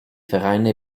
vereine